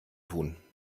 tun